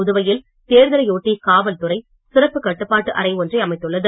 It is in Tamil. புதுவையில் தேர்தலையொட்டி காவல் துறை சிறப்பு கட்டுப்பாட்டு அறை ஒன்றை அமைத்துள்ளது